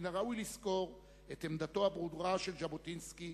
מן הראוי לזכור את עמדתו הברורה של ז'בוטינסקי,